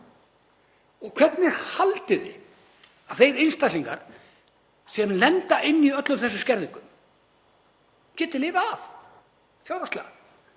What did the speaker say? Hvernig haldið þið að þeir einstaklingar sem lenda í öllum þessum skerðingum geti lifað af fjárhagslega?